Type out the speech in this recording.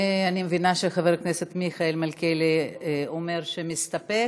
אני מבינה שחבר הכנסת מיכאל מלכיאלי אומר שהוא מסתפק.